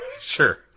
Sure